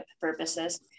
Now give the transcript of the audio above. purposes